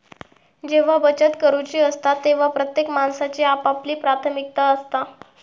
जेव्हा बचत करूची असता तेव्हा प्रत्येक माणसाची आपापली प्राथमिकता असता